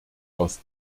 aus